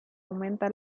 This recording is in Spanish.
aumenta